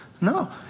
No